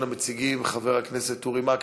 יציג, ראשון המציגים, חבר הכנסת אורי מקלב,